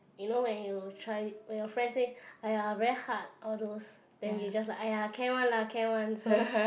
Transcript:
you know when you try when your friend say !aiya! very hard all those then you just like !aiya! can one lah can one so